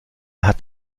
hat